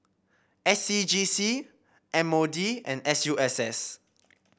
S C G C M O D and S U S S